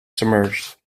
submerged